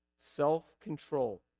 self-control